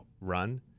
run